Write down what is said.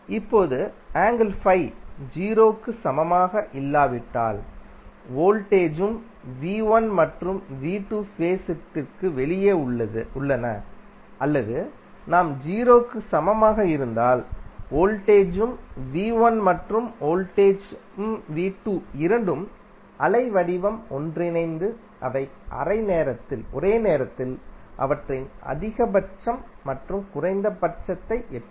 இப்போது ஆங்கிள் 0 க்கு சமமாகஇல்லாவிட்டால்வோல்டேஜ் ம் v1 மற்றும் v2 ஃபேஸ் த்திற்கு வெளியே உள்ளன அல்லது நாம்0 க்கு சமமாக இருந்தால் வோல்டேஜ் ம் v1 மற்றும் வோல்டேஜ் ம் v2 இரண்டும் அலை வடிவம் ஒன்றிணைந்து அவை ஒரே நேரத்தில் அவற்றின் அதிகபட்சம் மற்றும் குறைந்தபட்சத்தை எட்டும்